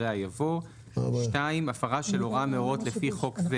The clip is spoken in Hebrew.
ואחריה יבוא: "(2)הפרה של הוראה מהוראות לפי חוק זה